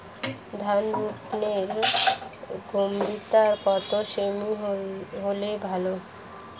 ধান রোপনের গভীরতা কত সেমি হলে ভালো?